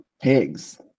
pigs